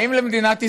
באים למדינת ישראל,